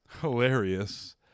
Hilarious